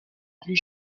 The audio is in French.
plus